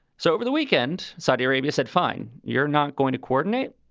so over the weekend, saudi arabia said, fine, you're not going to coordinate.